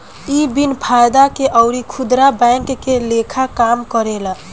इ बिन फायदा के अउर खुदरा बैंक के लेखा काम करेला